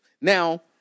Now